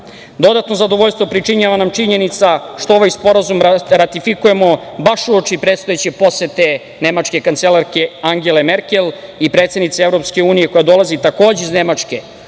rata. Dodatno zadovoljstvo pričinjava nam činjenica što ovaj sporazum ratifikujemo baš uoči predstojeće posete nemačke kancelarke Angele Merkel i predsednice EU, koja dolazi iz Nemačke,